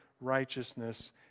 righteousness